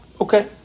Okay